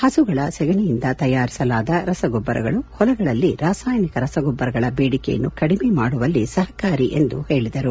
ಹಸುಗಳ ಸೆಗಣಿಯಿಂದ ತಯಾರಿಸಲಾದ ರಸಗೊಬ್ಬರಗಳು ಹೊಲಗಳಲ್ಲಿ ರಾಸಾಯನಿಕ ರಸಗೊಬ್ಬರಗಳ ಬೇಡಿಕೆಯನ್ನು ಕಡಿಮೆ ಮಾಡುವಲ್ಲಿ ಸಹಕಾರಿ ಎಂದು ಹೇಳಿದರು